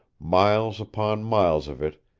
miles upon miles of it,